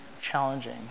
challenging